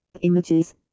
Images